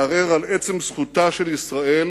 מערער על עצם זכותה של ישראל